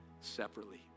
separately